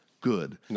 good